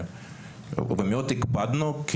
ומאוד הקפדנו,